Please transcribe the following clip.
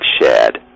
shared